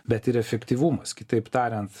bet ir efektyvumas kitaip tariant